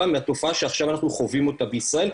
מהתופעה שעכשיו אנחנו חווים אותה בישראל,